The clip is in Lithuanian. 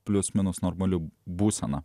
plius minus normali būsena